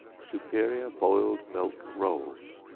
superior boiled milk rolls.